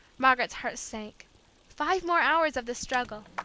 margaret's heart sank five more hours of the struggle!